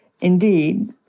Indeed